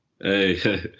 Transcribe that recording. Hey